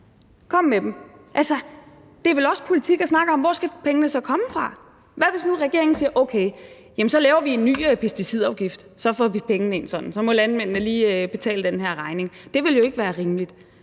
kom med dem. Altså, det er vel også politik at snakke om, hvor pengene så skal komme fra. Hvad nu, hvis regeringen siger: Okay, så laver vi en ny pesticidafgift, for så får vi pengene ind sådan, og så må landmændene lige betale den her regning? Det ville jo ikke være rimeligt.